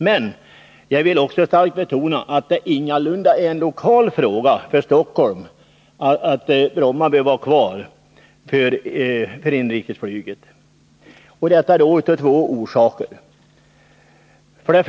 Men jag vill också starkt betona att det ingalunda är en lokal fråga för Stockholm att Bromma bör vara kvar för inrikesflyget. Det finns två orsaker härtill.